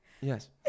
Yes